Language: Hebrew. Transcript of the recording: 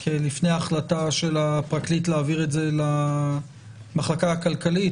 כי לפני החלטה של הפרקליט להעביר את זה למחלקה הכלכלית